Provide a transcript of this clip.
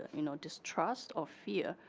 you know, distrust or fear,